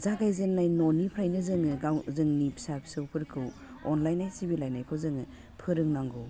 जागायजेननाय न'निफ्रायनो जोङो गाव जोंनि फिसा फिसौफोरखौ अनलायनाय सिबिलायनायखौ जोङो फोरोंनांगौ